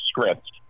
script